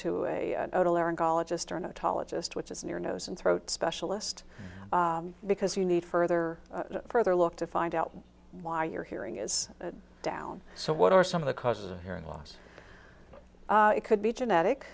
otolith just which is in your nose and throat specialist because you need further further look to find out why your hearing is down so what are some of the causes of hearing loss it could be genetic